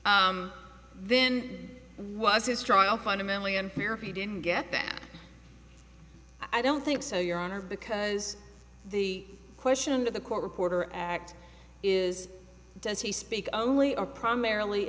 it then why was his trial fundamentally unfair if he didn't get that i don't think so your honor because the question to the court reporter act is does he speak only are primarily